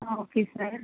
ah okay sir